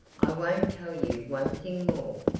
i won't tell you one thing more!